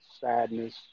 sadness